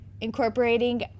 incorporating